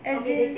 as in